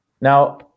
Now